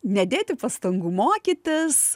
nedėti pastangų mokytis